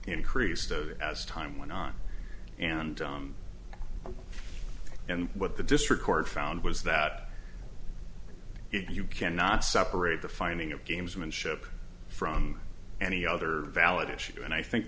increased over as time went on and on and what the district court found was that you cannot separate the finding of gamesmanship from any other valid issue and i think